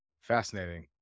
Fascinating